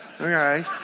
Okay